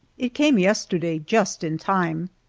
it came yesterday, just in time.